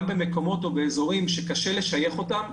גם במקומות ובאזורים שקשה לשייך אותם,